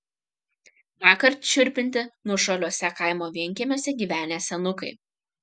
tąkart šiurpinti nuošaliuose kaimo vienkiemiuose gyvenę senukai